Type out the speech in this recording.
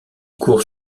court